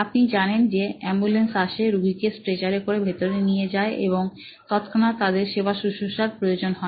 আপনি জানেন যে এম্বুলেন্স আসে রুগীকে স্ট্রেচারে করে ভিতরে নিয়ে যায় এবং তৎক্ষণাৎ তাদের সেবা শুশ্রূষার প্রয়োজন হয়